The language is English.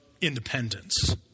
independence